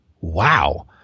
wow